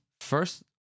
first